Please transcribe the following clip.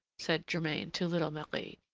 said germain to little marie,